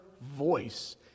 voice